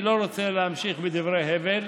אני לא רוצה להמשיך בדברי הבל,